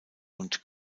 und